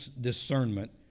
discernment